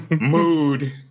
Mood